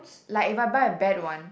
like if I buy a bad one